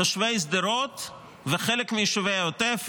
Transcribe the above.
תושבי שדרות וחלק מיישובי העוטף,